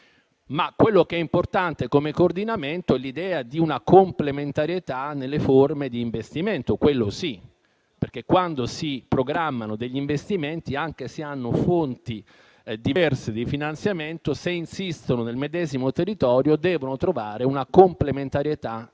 Quello che è importante a livello di coordinamento è l'idea della complementarità nelle forme di investimento (quello sì), perché quando si programmano degli investimenti, anche se si hanno fonti diverse di finanziamento, se insistono nel medesimo territorio, tali fonti debbono trovare una complementarietà